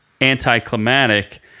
anticlimactic